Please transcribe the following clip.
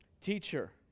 teacher